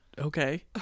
Okay